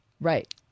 Right